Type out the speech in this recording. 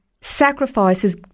sacrifices